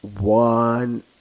one